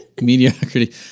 Mediocrity